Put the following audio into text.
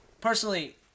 Personally